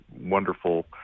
wonderful